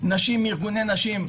נשים מארגוני נשים.